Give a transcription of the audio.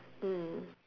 mm